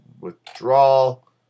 withdrawal